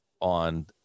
on